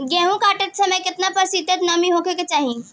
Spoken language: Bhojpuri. गेहूँ काटत समय केतना प्रतिशत नमी होखे के चाहीं?